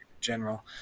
general